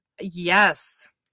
Yes